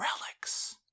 relics